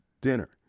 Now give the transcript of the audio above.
dinner